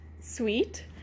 sweet